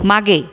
मागे